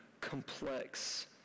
complex